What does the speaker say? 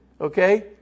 okay